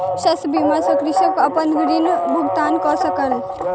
शस्य बीमा सॅ कृषक अपन ऋण भुगतान कय सकल